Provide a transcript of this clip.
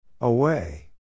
Away